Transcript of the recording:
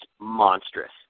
monstrous